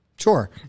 Sure